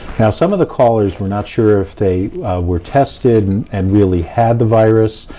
now, some of the callers were not sure if they were tested, and really had the virus.